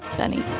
benny.